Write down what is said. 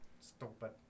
Stupid